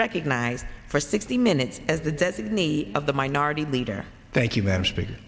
recognized for sixty minutes as the designee of the minority leader thank you ma'am speak